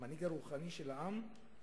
המנהיג הרוחני של העם,